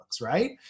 Right